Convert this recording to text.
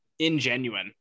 ingenuine